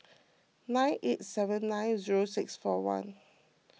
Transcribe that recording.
nine eight seven nine zero six four one